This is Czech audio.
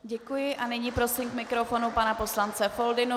Děkuji a nyní prosím k mikrofonu pana poslance Foldynu.